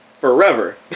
Forever